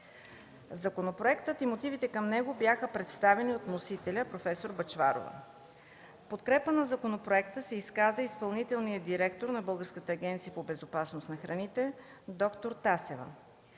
Законопроектът и мотивите към него бяха представени от вносителя професор Бъчварова. В подкрепа на законопроекта се изказа изпълнителният директор на Българската агенция по безопасност на храните доктор Тасева.